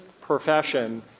profession